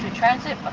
transit.